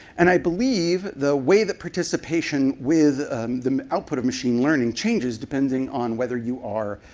and i believe the way that participation with the output of machine learning changes, depending on whether you are